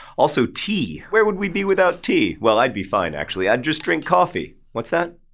also tea. where would we be without tea? well, i'd be fine, actually. i'd just drink coffee. what's that?